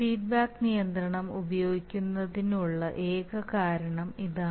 feedback നിയന്ത്രണം ഉപയോഗിക്കുന്നതിനുള്ള ഏക കാരണം ഇതാണ്